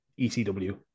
ECW